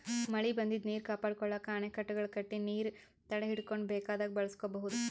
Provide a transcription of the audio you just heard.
ಮಳಿ ಬಂದಿದ್ದ್ ನೀರ್ ಕಾಪಾಡ್ಕೊಳಕ್ಕ್ ಅಣೆಕಟ್ಟೆಗಳ್ ಕಟ್ಟಿ ನೀರ್ ತಡೆಹಿಡ್ಕೊಂಡ್ ಬೇಕಾದಾಗ್ ಬಳಸ್ಕೋಬಹುದ್